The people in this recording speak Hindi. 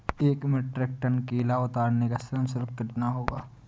एक मीट्रिक टन केला उतारने का श्रम शुल्क कितना होगा?